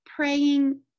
Praying